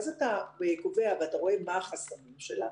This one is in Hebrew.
אז אתה קובע ורואה מה החסמים שלה,